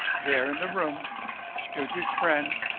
there in the room stood his friend,